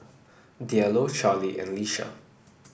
Diallo Charley and Lisha